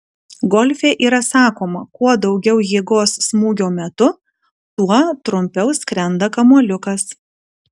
golfe yra sakoma kuo daugiau jėgos smūgio metu tuo trumpiau skrenda kamuoliukas